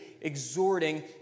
exhorting